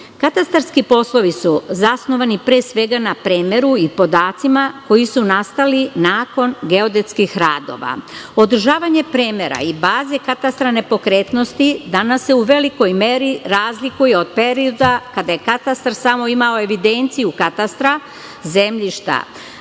Katastarski poslovi su zasnovani, pre svega, na premeru i podacima koji su nastali nakon geodetskih radova. Održavanje premera i baze katastra nepokretnosti danas se u velikoj meri razlikuje od perioda kada je katastar samo imao evidenciju katastra zemljišta,